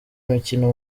imikino